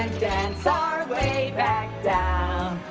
dance our way back down